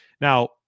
Now